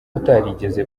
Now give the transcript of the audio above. utarigeze